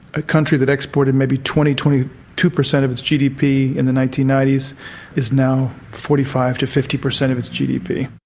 a country that exported maybe twenty, twenty two per cent of its gdp in the nineteen ninety s is now forty five to fifty per cent of its gdp.